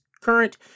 current